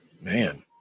Man